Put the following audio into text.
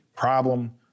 problem